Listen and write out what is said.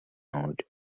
mode